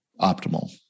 optimal